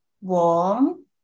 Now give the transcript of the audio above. warm